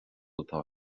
atá